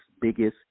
biggest